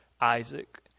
Isaac